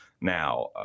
now